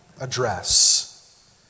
address